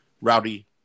Rowdy